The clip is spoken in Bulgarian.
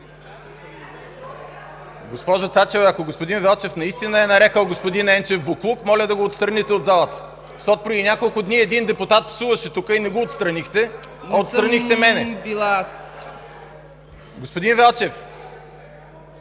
Госпожо Цачева, ако господин Велчев наистина е нарекъл господин Енчев „боклук”, моля да го отстраните от залата, защото преди няколко дни един депутат псуваше тук и не го отстранихте, а отстранихте мен. ПРЕДСЕДАТЕЛ